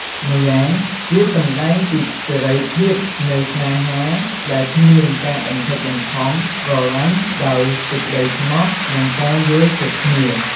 ម្យ៉ាងវាសម្ដែងពីសេរីភាពនៃស្នេហា ដែលគ្មានការបង្ខិតបង្ខំ ស្រលាញ់ដោយសេចក្តីស្មោះ និងការយល់ចិត្តគ្នា។